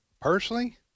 Personally